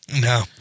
No